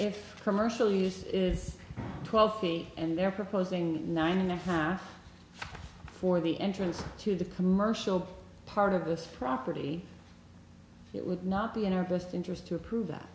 if commercial use is twelve feet and they're proposing nine and a half for the entrance to the commercial part of this property it would not be in our best interest to prove that